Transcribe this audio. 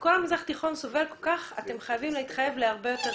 שכל המזרח התיכון סובל כל כך ואתם חייבים להתחייב להרבה יותר